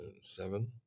seven